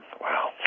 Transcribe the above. wow